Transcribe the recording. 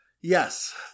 yes